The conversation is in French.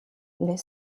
les